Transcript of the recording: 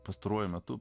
pastaruoju metu